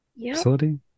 facility